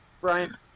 Brian